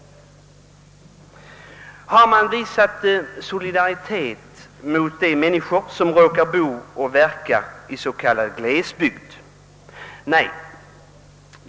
Har man visat solidaritet mot de människor som råkar bo och verka i s.k. glesbygd? Nej.